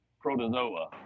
protozoa